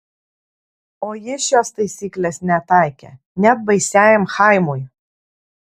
o jis šios taisyklės netaikė net baisiajam chaimui